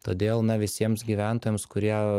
todėl na visiems gyventojams kurie